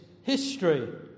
history